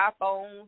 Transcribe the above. iPhones